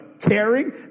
caring